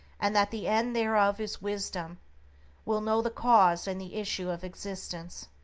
and that the end thereof is wisdom will know the cause and the issue of existence.